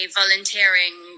volunteering